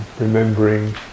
remembering